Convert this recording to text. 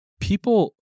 people